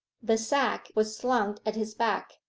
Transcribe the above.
the sack was slung at his back,